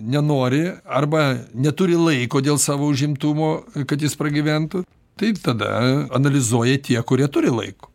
nenori arba neturi laiko dėl savo užimtumo kad jis pragyventų tai tada analizuoja tie kurie turi laiko